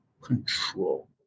control